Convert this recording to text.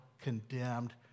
condemned